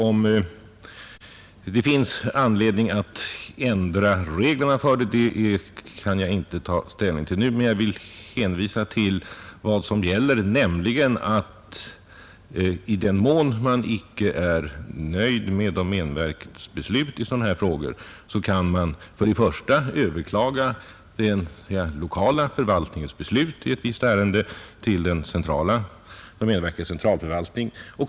Om det finns anledning att ändra reglerna, kan jag inte ta ställning till nu, men jag vill hänvisa till vad som gäller, nämligen att i den mån man icke är nöjd med domänverkets beslut kan man överklaga den lokala förvaltningens beslut i ett visst ärende till domänverkets centralförvaltning.